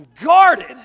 guarded